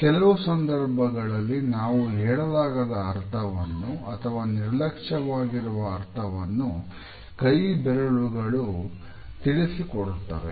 ಕೆಲವು ಸಂದರ್ಭಗಳಲ್ಲಿ ನಾವು ಹೇಳಲಾಗದ ಅರ್ಥವನ್ನು ಅಥವಾ ನಿರ್ಲಕ್ಷ್ಯವಾಗಿರುವ ಅರ್ಥವನ್ನು ಕೈ ಬೆರಳುಗಳು ತಿಳಿಸಿ ಕೊಡುತ್ತವೆ